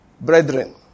Brethren